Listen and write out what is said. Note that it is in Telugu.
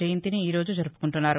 జయంతిని ఈరోజు జరుపుకుంటున్నారు